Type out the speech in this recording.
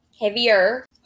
Heavier